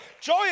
Joy